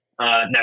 next